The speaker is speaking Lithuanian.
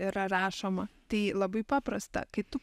yra rašoma tai labai paprasta kai tu